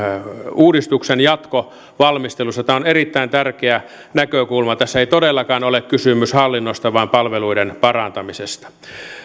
uudistuksen jatkovalmistelussa tämä on erittäin tärkeä näkökulma tässä ei todellakaan ole kysymys hallinnosta vaan palveluiden parantamisesta